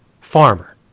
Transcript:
farmer